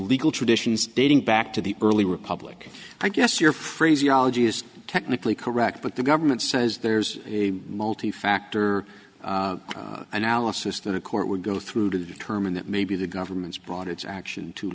legal traditions dating back to the early republic i guess your phraseology is technically correct but the government says there's a multi factor analysis that a court would go through to determine that maybe the government's brought its action too